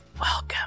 Welcome